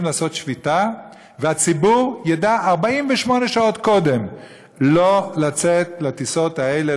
לעשות שביתה והציבור ידע 48 שעות קודם לא לצאת לטיסות האלה,